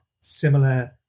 similar